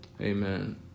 Amen